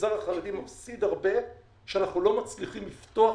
המגזר החרדי מפסיד הרבה שאנחנו לא מצליחים לפתוח